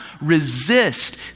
resist